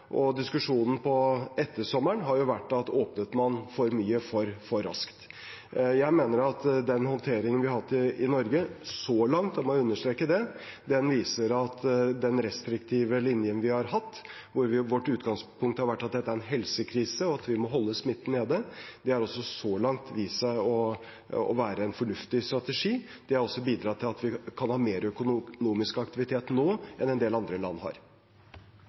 Diskusjonen etter sommeren har dreid seg om man åpnet for mye for raskt. Jeg mener at den håndteringen vi har hatt i Norge så langt – jeg må understreke det – viser at den restriktive linjen vi har hatt, hvor vårt utgangspunkt har vært at dette er en helsekrise, og at vi må holde smitten nede, har vært en fornuftig strategi. Det har også bidratt til at vi kan ha mer økonomisk aktivitet nå enn en del andre land.